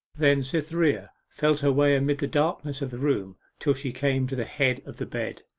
then cytherea felt her way amid the darkness of the room till she came to the head of the bed,